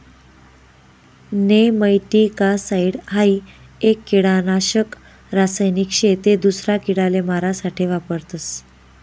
nematicide हाई एक किडानाशक रासायनिक शे ते दूसरा किडाले मारा साठे वापरतस